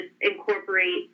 incorporate